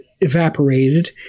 evaporated